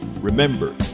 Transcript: Remember